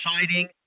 exciting